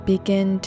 Begin